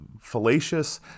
fallacious